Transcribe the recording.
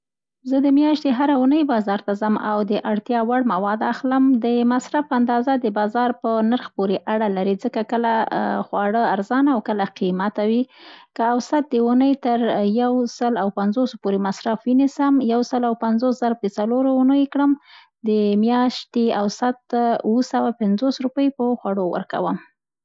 زه د میاشتې هره اوونۍ بازار ته ځم او د اړتیا وړ مواد اخلم. د مصرف اندازه د بازار په نرخ پورې اړه لری ځکه کله خواړه ارزانه او کله قیمته وي. که اوسط د اوونۍ تر یو سل او پنځوس پورې مصرف ونیسم، یو سل او پنځوس ضرب د څلورو اوونۍ کړم. د میاشتې اوسط اوه سوه پنځوس روپۍ په خوړو ورکوم.